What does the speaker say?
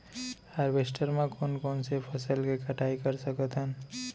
Harvester म कोन कोन से फसल के कटाई कर सकथन?